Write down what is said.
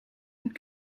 and